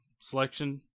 selection